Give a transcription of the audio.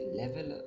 level